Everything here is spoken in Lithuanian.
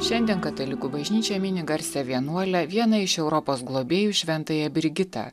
šiandien katalikų bažnyčia mini garsią vienuolę vieną iš europos globėjų šventąją brigitą